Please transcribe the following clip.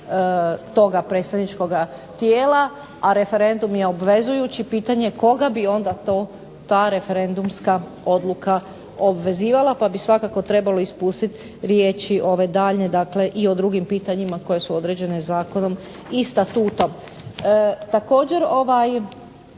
toga predstavničkoga tijela, a referendum je obvezujući. Pitanje je koga bi onda to ta referendumska odluka obvezivala, pa bi svakako trebalo ispustiti riječi ove daljnje dakle i o drugim pitanjima koje su određene zakonom i statutom.